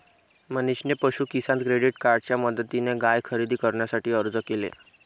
मनीषने पशु किसान क्रेडिट कार्डच्या मदतीने गाय खरेदी करण्यासाठी कर्ज घेतले